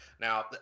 Now